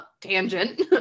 tangent